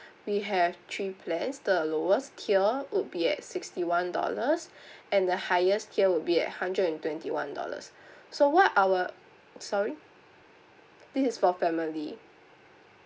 we have three plans the lowest tier would be at sixty one dollars and the highest tier will be at hundred and twenty one dollars so what our sorry this is for family